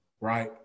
right